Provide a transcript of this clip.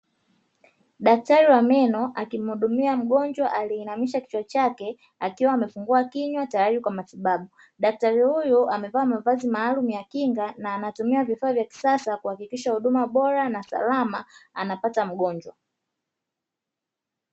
Daktari wa meno akimuhudumia mgonjwa aliyeinamisha kichwa chake akiwa amefungua kinywa kwa ajili ya matibabu, daktari huyu amevaa mavazi maalumu ya kinga na anatumia vifaa vya kisasa kuhakikisha huduma bora na salama anapata mgonjwa.